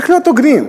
צריך להיות הוגנים.